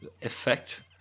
effect